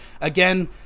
again